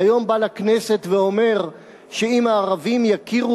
והיום בא לכנסת ואומר שאם הערבים יכירו